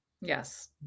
Yes